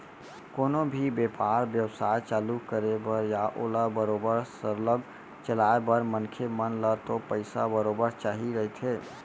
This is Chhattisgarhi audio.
कोनो भी बेपार बेवसाय चालू करे बर या ओला बरोबर सरलग चलाय बर मनखे मन ल तो पइसा बरोबर चाही रहिथे